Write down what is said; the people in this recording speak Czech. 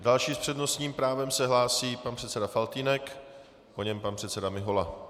Další s přednostním právem se hlásí pan předseda Faltýnek, po něm pan předseda Mihola.